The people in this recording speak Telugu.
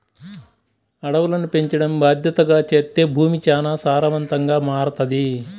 అడవులను పెంచడం బాద్దెతగా చేత్తే భూమి చానా సారవంతంగా మారతది